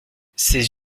ses